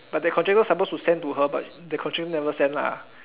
but the contractor supposed to send to her but the contractor never send lah